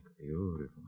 beautiful